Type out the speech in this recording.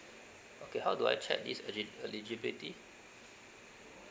okay how do I check this egi~ eligibility